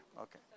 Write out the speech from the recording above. Okay